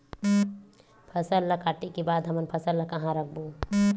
फसल ला काटे के बाद हमन फसल ल कहां रखबो?